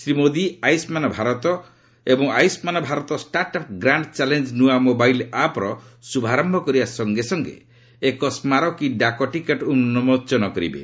ଶ୍ରୀମୋଦୀ ଆୟୁଷ୍ମାନ ଭାରତ ଏବଂ Ayushman Bharat startup ଗ୍ରାଷ୍ଟ challenge ନୂଆ mobile ଆପ୍ର ଶୁଭାରୟ କରିବା ସଙ୍ଗେ ସଙ୍ଗେ ଏକ ସ୍କାରକୀ ଡାକଟିକେଟ ଉନ୍କୋଚନ କରିବେ